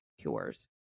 cures